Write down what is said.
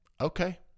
okay